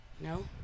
No